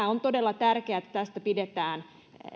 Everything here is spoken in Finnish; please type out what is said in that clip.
on todella tärkeää että tästä pidetään